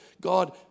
God